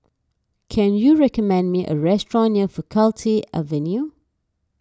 can you recommend me a restaurant near Faculty Avenue